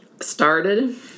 Started